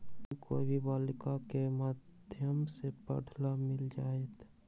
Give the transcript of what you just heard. Loan कोई भी बालिका के माध्यम से पढे ला मिल जायत?